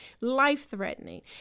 life-threatening